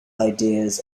ideas